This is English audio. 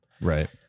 Right